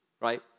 Right